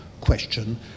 question